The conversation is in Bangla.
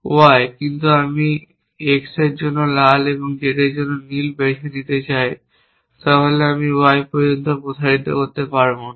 Y কিন্তু যদি আমি X এর জন্য লাল এবং Z এর জন্য নীল বেছে নিতে যাই তাহলে আমি Y পর্যন্ত প্রসারিত করতে পারব না